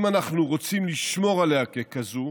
אם אנחנו רוצים לשמור עליה ככזאת,